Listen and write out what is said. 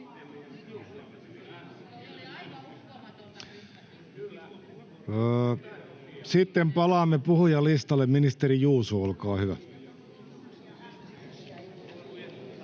Sitten palaamme puhujalistalle. — Ministeri Juuso, olkaa hyvä.